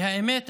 והאמת,